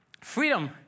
freedom